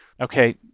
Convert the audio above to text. okay